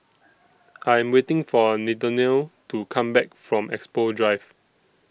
I'm waiting For Nathanael to Come Back from Expo Drive